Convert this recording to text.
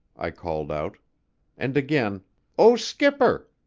i called out and again o skipper!